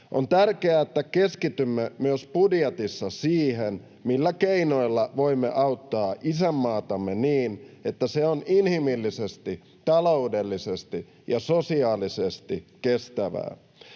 On tärkeää, että keskitymme myös budjetissa siihen, millä keinoilla voimme auttaa isänmaatamme niin, että se on inhimillisesti, taloudellisesti ja sosiaalisesti kestävää.